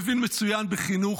מבין מצוין בחינוך,